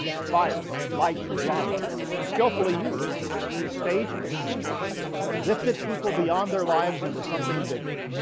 fire, light and drama were skillfully used to stage a scene that lifted people beyond their lives into something bigger.